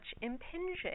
impinging